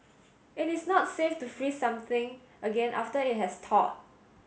it is not safe to freeze something again after it has thawed